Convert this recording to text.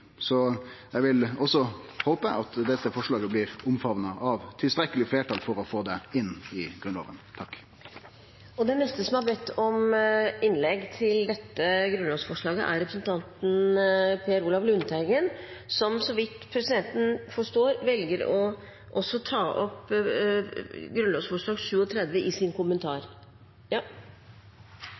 Så håper eg at dette forslaget blir omfamna av eit tilstrekkeleg fleirtal for å få det inn i Grunnloven. Den neste som har bedt om innlegg til dette grunnlovsforslaget, er representanten Per Olaf Lundteigen, som så vidt presidenten forstår, også velger å ta opp grunnlovsforslag 37, om endring i § 108, i sin kommentar.